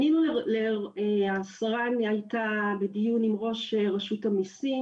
פנינו לשרה, היא הייתה בדיון עם ראש רשות המיסים.